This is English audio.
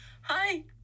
Hi